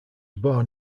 born